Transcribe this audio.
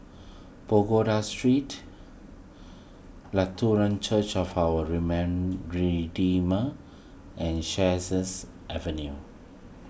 Pagoda Street Lutheran Church of Our Redeemer and Sheares Avenue